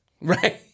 Right